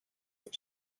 that